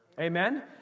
Amen